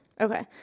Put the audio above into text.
Okay